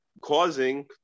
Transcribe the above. causing